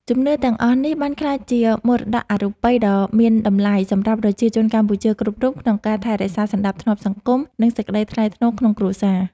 ជំនឿទាំងអស់នេះបានក្លាយជាមរតកអរូបីដ៏មានតម្លៃសម្រាប់ប្រជាជនកម្ពុជាគ្រប់រូបក្នុងការថែរក្សាសណ្តាប់ធ្នាប់សង្គម និង សេចក្តីថ្លៃថ្នូរក្នុងគ្រួសារ។